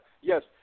yes